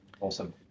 Awesome